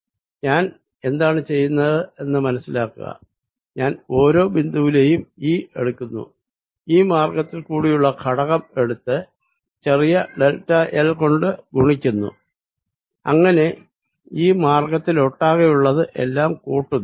ഞാൻ എന്താണ് ചെയ്യുന്നത് എന്ന് മനസിലാക്കുക ഞാൻ ഓരോ പോയിന്റിലേയും E എടുക്കുന്നു ഈ മാർഗത്തിൽകൂടിയുള്ള ഘടകം എടുത്ത് ചെറിയ ഡെൽറ്റഎൽ കൊണ്ട് ഗണിക്കുന്നു അങ്ങനെ ഈ പാ ത്തിലൊട്ടാകെയുള്ളത് എല്ലാം കൂട്ടുന്നു